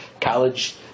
college